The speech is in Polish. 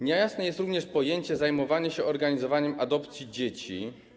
Niejasne jest również pojęcie „zajmowanie się organizowaniem adopcji dzieci”